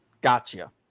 Gotcha